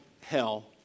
hell